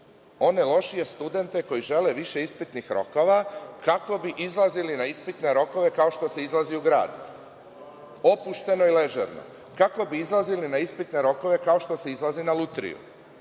one lošije studente koji žele više ispitnih rokova, kako bi izlazili na ispitne rokove kao što se izlazi u grad, opušteno i ležerno kako bi izlazili na ispitne rokove kao što se izlazi na lutriju,